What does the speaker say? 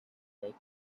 make